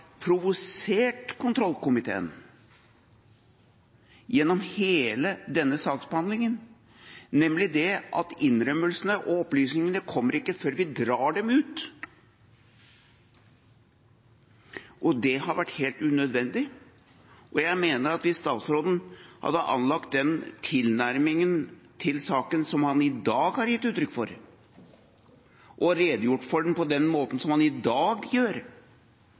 provosert kontrollkomiteen gjennom hele denne saksbehandlingen, nemlig det at innrømmelsene og opplysningene ikke kommer før vi drar dem ut – og det har vært helt unødvendig. Jeg mener at hvis statsråden hadde anlagt den tilnærmingen til saken som han i dag har gitt uttrykk for, og redegjort for den på den måten som han i dag gjør,